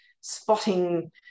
spotting